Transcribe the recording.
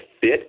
fit